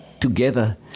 together